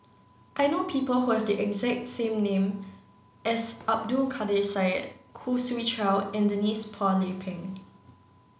I know people who have the exact same name as Abdul Kadir Syed Khoo Swee Chiow and Denise Phua Lay Peng